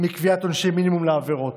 מקביעת עונשי מינימום לעבירות.